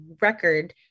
record